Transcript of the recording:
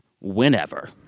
Whenever